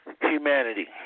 humanity